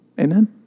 Amen